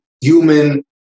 human